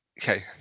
Okay